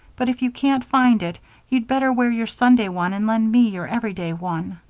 but if you can't find it you'd better wear your sunday one and lend me your everyday one.